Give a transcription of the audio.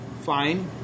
fine